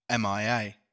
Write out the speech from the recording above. MIA